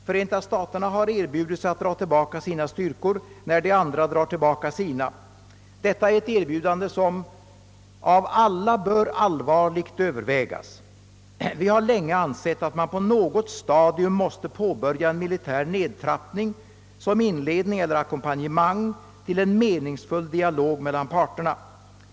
Förenta staterna har erbjudit sig att dra tillbaka sina styrkor, när de andra drar tillbaka sina. Detta är ett erbjudande, som av alla bör allvarligt övervägas. Vi har länge ansett att man på något stadium måste påbörja en militär nedtrappning såsom inledning eller ackompanjemang till en meningsfull dialog mellan parterna.